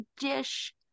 dish